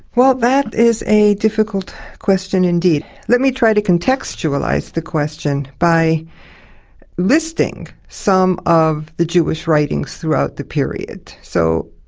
well, that is a difficult question indeed. let me try to contextualise the question by listing some of the jewish writings throughout the period. so,